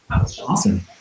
Awesome